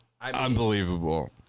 Unbelievable